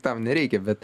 tam nereikia bet